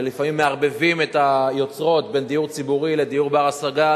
ולפעמים מערבבים את היוצרות בין דיור ציבורי לדיור בר-השגה,